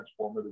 transformative